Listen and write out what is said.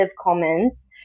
comments